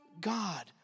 God